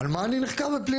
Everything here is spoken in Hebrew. על מה אני נחקר בפלילים?